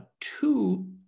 Two